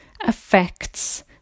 affects